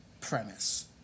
premise